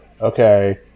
Okay